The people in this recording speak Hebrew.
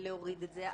להוריד את זה.